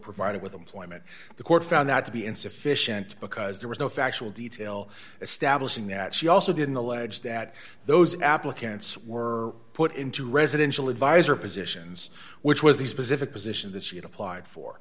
provided with employment the court found that to be insufficient because there was no factual detail establishing that she also didn't allege that those applicants were put into residential advisor positions which was the specific position that she had applied for